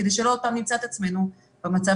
כדי שלא נמצא את עצמנו עוד פעם במצב